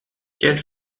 quelle